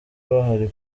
bahari